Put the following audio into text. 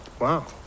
Wow